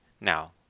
Now